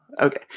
Okay